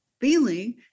feeling